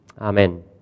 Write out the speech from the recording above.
Amen